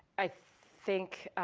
i think